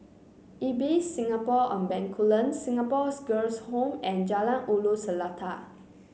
Ibis Singapore on Bencoolen Singapore's Girls' Home and Jalan Ulu Seletar